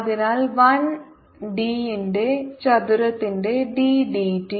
അതിനാൽ 1 d ന്റെ ചതുരത്തിന്റെ d d t